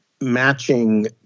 matching